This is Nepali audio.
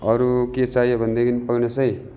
अरू के चाहियो भनेदेखि पर्खिनुहोस् है